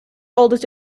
oldest